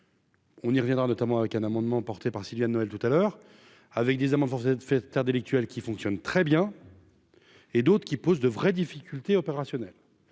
on y reviendra notamment avec un amendement porté par Sylvia Noël tout à l'heure avec des amendes fait taire délictuels qui fonctionne très bien et d'autres qui posent de vraies difficultés opérationnelles,